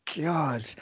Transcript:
god